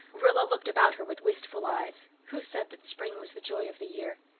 rilla looked about her with wistful eyes. who said that spring was the joy of the year?